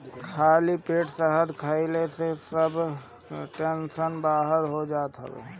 खाली पेट शहद खाए से शरीर के सब टोक्सिन बाहर हो जात हवे